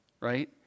right